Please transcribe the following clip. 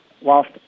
Whilst